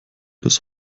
bis